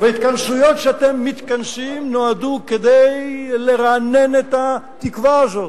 ההתכנסויות שאתם מתכנסים נועדו לרענן את התקווה הזאת,